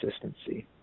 consistency